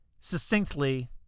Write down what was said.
succinctly